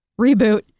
reboot